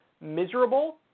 miserable